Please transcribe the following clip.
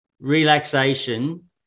relaxation